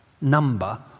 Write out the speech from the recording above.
number